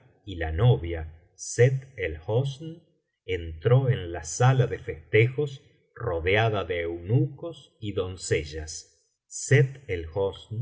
y la novia sett el hosn entró en la sala de festejos rodeada de eunucos y doncellas sett